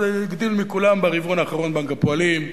הגדיל מכולם ברבעון האחרון בנק הפועלים,